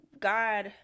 god